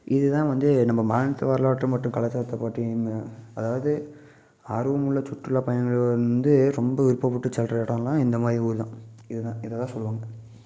இதுதான் வந்து நம்ம மாநிலத்து வரலாற்று மற்றும் கலாச்சாரத்தை பற்றியும் அதாவது ஆர்வமுள்ள சுற்றுலாப் பயணிகள் வந்து ரொம்ப விருப்பப்பட்டு செல்கிற இடம்லா இந்தமாதிரி ஊர் தான் இதுதான் இதை தான் சொல்லணும்